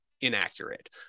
inaccurate